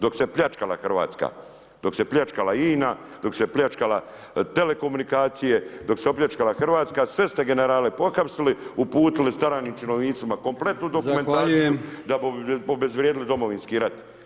Dok se pljačkala Hrvatska, dok se pljačaka INA, dok su se pljačkale Telekomunikacije, dok se opljačkala Hrvatska, sve ste generale pohapsili, uputili činovnicima kompletnu dokumentaciju da bi obezvrijedili Domovinski rat.